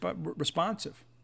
responsive